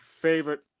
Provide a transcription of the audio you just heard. favorite